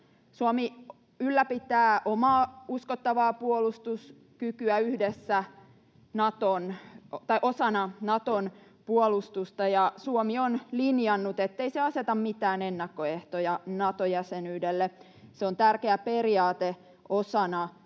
Suomi ylläpitää omaa uskottavaa puolustuskykyä osana Naton puolustusta, ja Suomi on linjannut, ettei se aseta mitään ennakkoehtoja Nato-jäsenyydelle. Se on tärkeä periaate osana Suomen